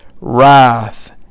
wrath